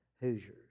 Hoosiers